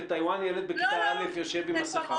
בטאיוואן ילד בכיתה א' יושב עם מסכה.